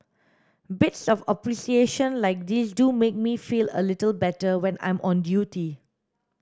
bits of appreciation like these do make me feel a little better when I'm on duty